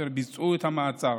אשר ביצעו את המעצר.